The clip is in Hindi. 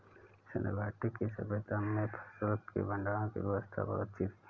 सिंधु घाटी की सभय्ता में फसल के भंडारण की व्यवस्था बहुत अच्छी थी